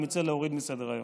אני מציע להוריד מסדר-היום.